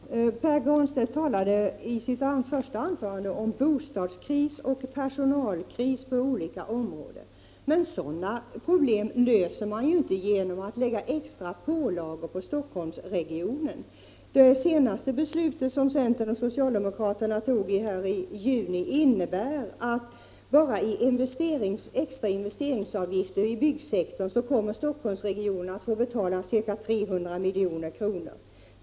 Fru talman! Pär Granstedt talade i sitt första anförande om bostadskris och om personalkris inom olika områden. Men sådana problem löser man inte genom att lägga extra pålagor på Stockholmsregionen. Det senaste beslutet som socialdemokraterna och centerpartisterna fattade i juni innebär att Stockholmsregionen kommer att få betala ca 300 milj.kr. bara i extra investeringsavgifter inom byggsektorn.